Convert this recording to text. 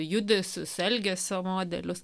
judesius elgesio modelius